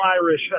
Irish